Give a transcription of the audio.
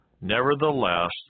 Nevertheless